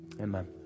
amen